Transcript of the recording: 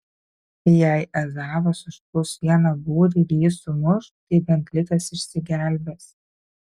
jei ezavas užpuls vieną būrį ir jį sumuš tai bent likęs išsigelbės